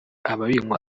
ababinywa